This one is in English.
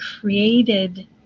created